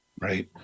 Right